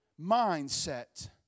mindset